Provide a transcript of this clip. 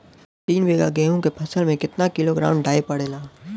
तीन बिघा गेहूँ के फसल मे कितना किलोग्राम डाई पड़ेला?